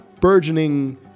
burgeoning